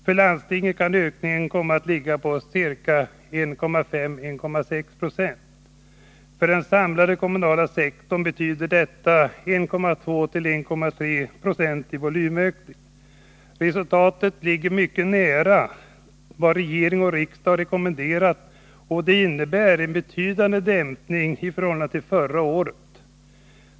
För landstingen kan ökningen komma att ligga på ca 1,6 Zo. För den samlade kommunala sektorn betyder det ca 1,2-1,3 20 i volymökning. Resultatet ligger mycket nära vad regering och riksdag rekommenderat och innebär en betydande dämpning i förhållande till förra året.